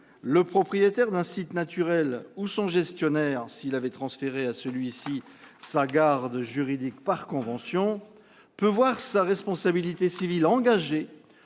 le propriétaire d'un site naturel- ou son gestionnaire s'il avait transféré à celui-ci sa garde juridique par convention -peut voir sa responsabilité civile engagée